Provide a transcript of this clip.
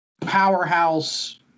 powerhouse